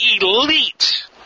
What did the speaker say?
elite